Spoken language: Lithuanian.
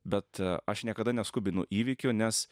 bet aš niekada neskubinu įvykių nes